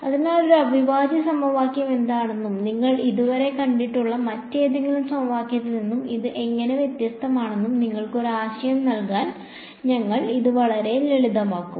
അതിനാൽ ഒരു അവിഭാജ്യ സമവാക്യം എന്താണെന്നും നിങ്ങൾ ഇതുവരെ കണ്ടിട്ടുള്ള മറ്റേതൊരു സമവാക്യത്തിൽ നിന്നും ഇത് എങ്ങനെ വ്യത്യസ്തമാണെന്നും നിങ്ങൾക്ക് ഒരു ആശയം നൽകാൻ ഞങ്ങൾ ഇത് വളരെ ലളിതമാക്കും